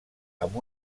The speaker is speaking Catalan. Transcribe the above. amb